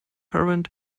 current